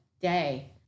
day